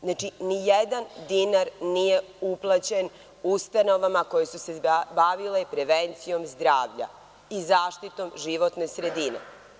Znači, ni jedan dinar nije uplaćen ustanovama koje su se bavile prevencijom zdravlja i zaštitom životne sredine.